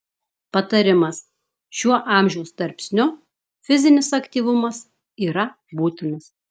patarimas šiuo amžiaus tarpsniu fizinis aktyvumas yra būtinas